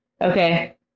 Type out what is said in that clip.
Okay